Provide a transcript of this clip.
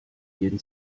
jeden